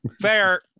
Fair